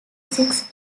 six